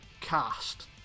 cast